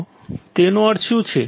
તો તેનો અર્થ શું છે